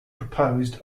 proposed